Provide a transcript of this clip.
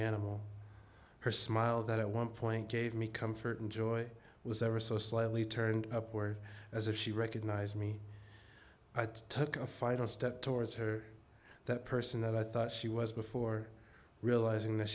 animal her smile that at one point gave me comfort and joy was ever so slightly turned upward as if she recognized me i thought took a final step towards her that person that i thought she was before realizing that